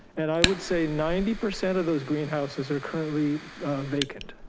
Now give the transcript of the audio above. and i would say ninety percent of those greenhouses are currently vacant.